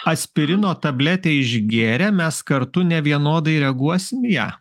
aspirino tabletę išgėrę mes kartu nevienodai reaguosim į ją